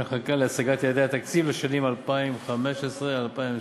חקיקה להשגת יעדי התקציב לשנות התקציב 2015 ו-2016)